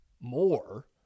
more